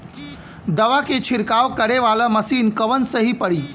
दवा के छिड़काव करे वाला मशीन कवन सही पड़ी?